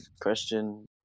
question